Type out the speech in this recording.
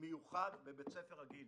מיוחד בבית ספר רגיל,